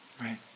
right